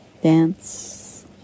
Dance